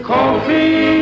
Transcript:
Coffee